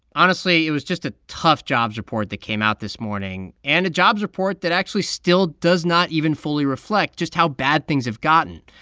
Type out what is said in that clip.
honestly, it was just a tough jobs report that came out this morning and a jobs report that actually still does not even fully reflect just how bad things have gotten.